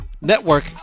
network